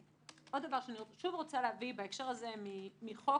אני שוב רוצה להביא בהקשר הזה מחוק